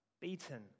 beaten